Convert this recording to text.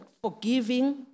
forgiving